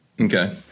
Okay